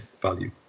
value